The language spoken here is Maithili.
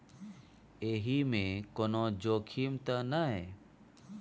एहि मे कोनो जोखिम त नय?